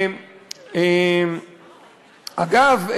אגב,